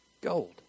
Gold